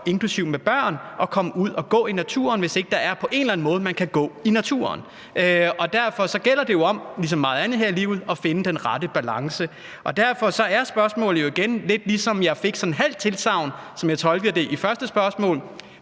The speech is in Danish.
inklusive dem med børn, at komme ud at gå i naturen, altså hvis der ikke er en eller anden måde, hvorpå man kan gå i naturen. Derfor gælder det om, ligesom meget andet her i livet, at finde den rette balance. Derfor er spørgsmålet igen, om det er sådan – jeg tolkede ved det foregående spørgsmål,